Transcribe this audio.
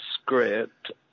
script